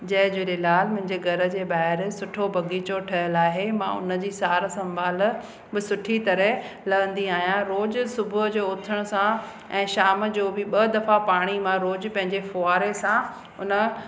जय झूलेलाल मुंहिंजे घर जे ॿाहिरि सुठो बगीचो ठहियलु आहे मां उनजी सार संभाल बि सुठी तरह लहंदी आहियां रोज सुबुह जो उथण सां ऐं शाम जो बि ॿ दफ़ा पाणी मां रोज पंहिंजे फुहारे सां उन